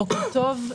בוקר טוב.